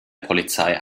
polizei